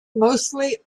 mostly